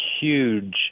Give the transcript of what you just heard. huge